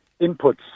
inputs